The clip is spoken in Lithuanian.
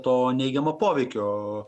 to neigiamo poveikio